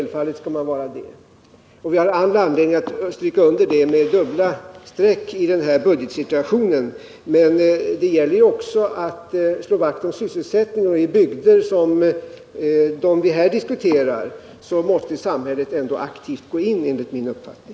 Vi har all anledning att stryka under det med dubbla streck i denna budgetsituation. Men det gäller också att slå vakt om sysselsättningen, och i bygder som dem vi här diskuterar måste samhället aktivt gå in.